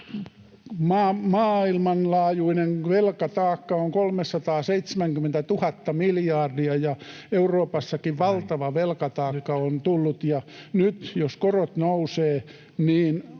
Maailmanlaajuinen velkataakka on 370 000 miljardia, ja Euroopassakin on tullut valtava velkataakka. Nyt jos korot nousevat, niin